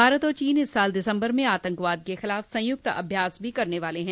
भारत और चीन इस साल दिसंबर में आतंकवाद के खिलाफ संयुक्त अभ्यास भी करने वाले हैं